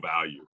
value